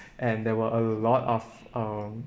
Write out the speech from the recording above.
and there were a lot of um